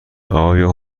آیا